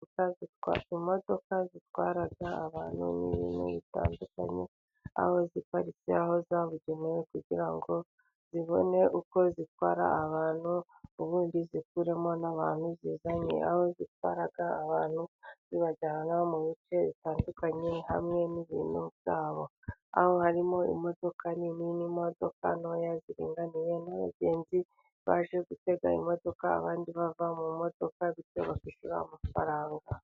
Imodoka zitwara abantu n'ibintu bitandukanye, aho ziparitse aho zabugenewe kugira ngo zibone uko zitwara abantu, ubundi zikuremo n'abantu zizanye, aho zitwara abantu zibajyana mu bice bitandukanye hamwe n'ibintu byabo, aho harimo imodoka nini n'imodoka ntoya ziringaniye, n'abagenzi baje gutega imodoka abandi bava mu modoka bityo bakishyura amafaranga.